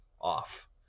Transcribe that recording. off